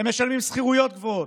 הם משלמים שכירויות גבוהות,